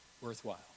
worthwhile